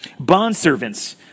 Bondservants